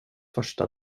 första